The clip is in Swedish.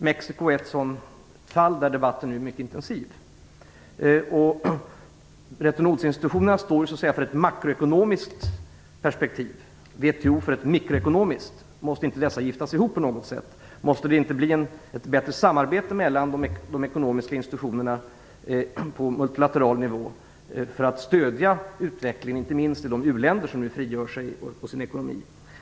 Mexico är ett sådant fall, där debatten nu är mycket intensiv. Bretton Woods-institutionerna står så att säga för ett makroekonomiskt perspektiv och WTO för ett mikroekonomiskt. Måste inte dessa giftas ihop på något sätt? Måste det inte bli ett bättre samarbete mellan de ekonomiska institutionerna på multilateral nivå för att utvecklingen skall stödjas, inte minst i de u-länder som nu frigör sig och sin ekonomi?